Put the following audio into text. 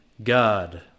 God